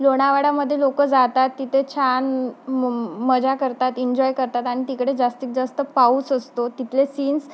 लोणावळामध्ये लोक जातात तिथे छान म मजा करतात इन्जॉय करतात आणि तिकडे जास्तीत जास्त पाऊस असतो तिथले सीन्स